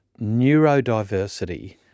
neurodiversity